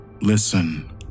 Listen